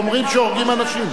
אומרים שהורגים אנשים.